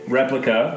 replica